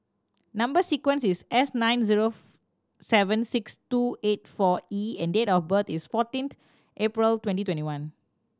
number sequence is S nine zero seven six two eight four E and date of birth is fourteenth April twenty twenty one